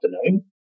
afternoon